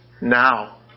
now